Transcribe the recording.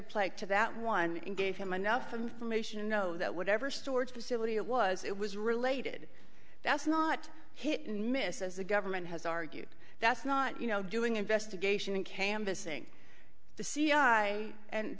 plate to that one and gave him enough information to know that whatever storage facility it was it was related that's not hit and miss as the government has argued that's not you know doing investigation and canvassing the c i and